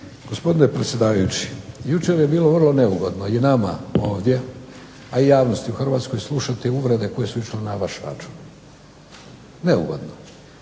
Gospodine predsjedavajući, jučer je bilo vrlo neugodno i nama ovdje, a i javnosti u Hrvatskoj slušati uvrede koje su išle na vaš račun. Neugodno.